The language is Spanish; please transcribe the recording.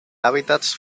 hábitats